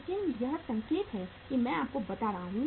लेकिन यह संकेत है कि मैं आपको बता रहा हूं